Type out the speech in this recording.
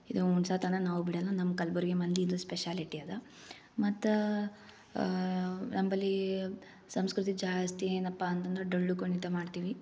ಇದು ಉಣ್ಸೊತನಕ ನಾವು ಬಿಡೋಲ್ಲ ನಮ್ಮ ಕಲಬುರ್ಗಿ ಮಂದಿದು ಸ್ಪೆಷಾಲಿಟಿ ಅದು ಮತ್ತು ನಂಬಲ್ಲಿ ಸಂಸ್ಕೃತಿ ಜಾಸ್ತಿ ಏನಪ್ಪ ಅಂತಂದ್ರೆ ಡೊಳ್ಳು ಕುಣಿತ ಮಾಡ್ತೀವಿ